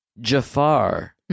Jafar